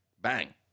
bang